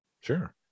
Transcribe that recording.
Sure